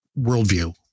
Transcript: worldview